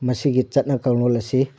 ꯃꯁꯤꯒꯤ ꯆꯠꯅ ꯀꯥꯡꯂꯣꯟ ꯑꯁꯤ